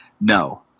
No